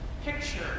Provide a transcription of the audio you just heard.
picture